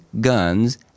guns